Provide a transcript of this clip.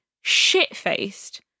shit-faced